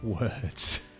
words